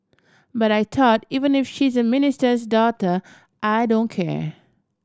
but I thought even if she is a minister's daughter I don't care